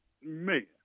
Man